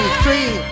three